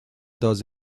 those